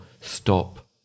stop